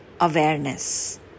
awareness